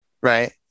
right